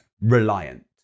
reliant